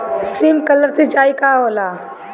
Sprinkler सिंचाई का होला?